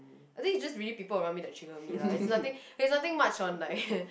I think it's just really people around me that trigger me lah is nothing is nothing much on like